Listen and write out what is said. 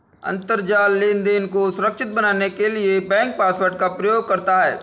अंतरजाल लेनदेन को सुरक्षित बनाने के लिए बैंक पासवर्ड का प्रयोग करता है